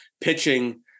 pitching